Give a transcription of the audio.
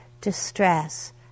distress